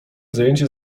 zajęcie